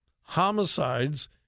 homicides